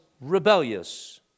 rebellious